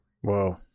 Whoa